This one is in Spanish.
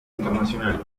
internacionales